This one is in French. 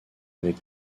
avec